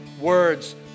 words